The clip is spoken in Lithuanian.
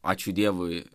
ačiū dievui